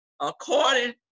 according